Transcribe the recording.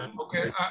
Okay